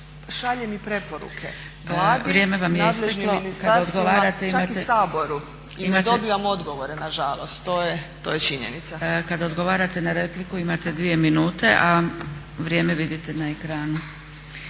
(SDP)** Hvala. Vrijeme vam je isteklo. Kad odgovarate na repliku imate 2 minute, a vrijeme vidite na ekranu.